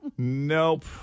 Nope